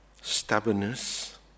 Stubbornness